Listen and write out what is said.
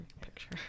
Picture